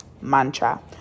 mantra